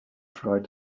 tried